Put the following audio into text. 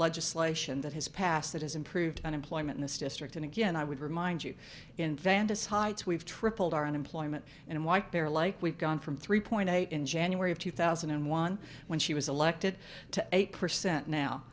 legislation that has passed that has improved unemployment in this district and again i would remind you inventus heights we've tripled our unemployment in white bear like we've gone from three point eight in january of two thousand and one when she was elected to eight percent now